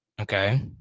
Okay